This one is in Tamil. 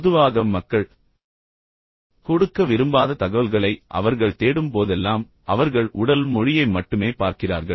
பொதுவாக மக்கள் கொடுக்க விரும்பாத தகவல்களை அவர்கள் தேடும் போதெல்லாம் அவர்கள் உடல் மொழியை மட்டுமே பார்க்கிறார்கள்